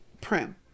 Prim